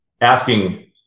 asking